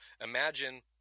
imagine